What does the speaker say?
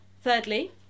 Thirdly